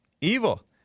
evil